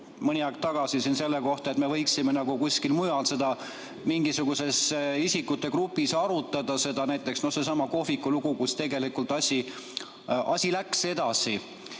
mõni aeg tagasi pika loengu selle kohta, et me võiksime kuskil mujal mingisuguses isikute grupis arutada seda, näiteks seesama kohviku lugu, kus tegelikult asi läks edasi.